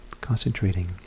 concentrating